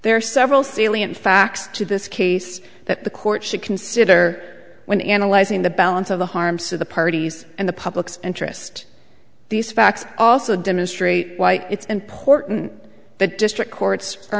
are several salient facts to this case that the court should consider when analyzing the balance of the harms of the parties and the public's interest these facts also demonstrate why it's important that district courts are